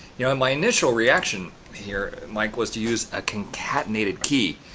you know in my initial reaction here, mike was to use a concatenated key.